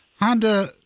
Honda